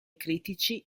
critici